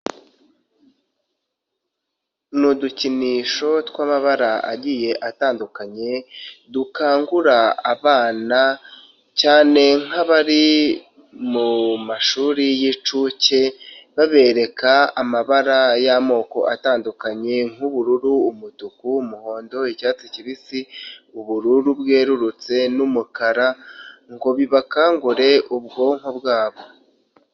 Ni udukinisho tw'amabara agiye atandukanye, dukangura abana cyane nk'abari mu mashuri y'incuke, babereka amabara y'amoko atandukanye: nk'ubururu, umutuku, umuhondo, icyatsi kibisi, ubururu bwerurutse n'umukara, ngo bibakangure ubwonko bwabo.